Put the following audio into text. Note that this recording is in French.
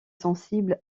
sensible